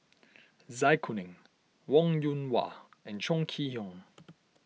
Zai Kuning Wong Yoon Wah and Chong Kee Hiong